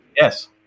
yes